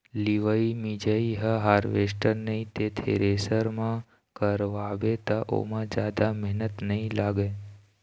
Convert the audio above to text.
लिवई मिंजई ल हारवेस्टर नइ ते थेरेसर म करवाबे त ओमा जादा मेहनत नइ लागय